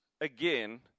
again